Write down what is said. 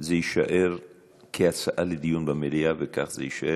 יישאר כהצעה לדיון במליאה, כך זה יישאר.